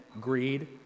greed